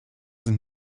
sind